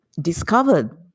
discovered